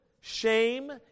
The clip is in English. shame